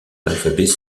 l’alphabet